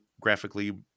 graphically